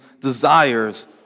desires